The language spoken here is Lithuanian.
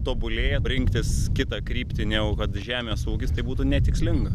tobulėja rinktis kitą kryptį negu kad žemės ūkis tai būtų netikslinga